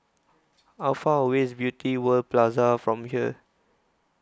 How Far away IS Beauty World Plaza from here